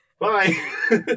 Bye